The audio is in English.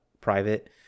private